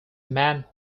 man